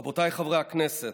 רבותיי חברי הכנסת,